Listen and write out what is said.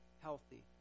healthy